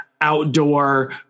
outdoor